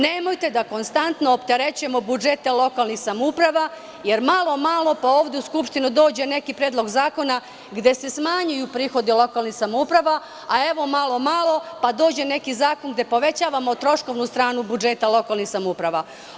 Nemojte da konstantno opterećujemo budžete lokalnih samouprava, jer malo-malo, pa ovde u Skupštinu dođe neki Predlog zakona gde se smanjuju prihodi lokalnih samouprava, a evo, malo-malo pa dođe neki zakon gde povećavamo troškovnu stranu budžeta lokalnih samouprava.